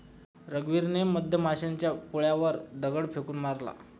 रघुवीरने मधमाशांच्या पोळ्यावर दगड फेकून मारला